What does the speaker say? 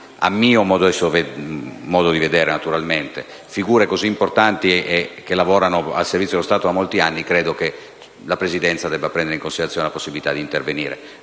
con parole cosıpesanti figure importanti, che lavorano al servizio dello Stato da molti anni, credo che la Presidenza debba prendere in considerazione la possibilita di intervenire.